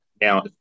Now